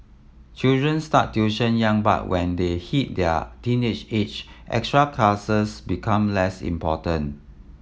children start tuition young but when they hit their teenage age extra classes become less important